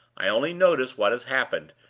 i only notice what has happened,